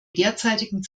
derzeitigen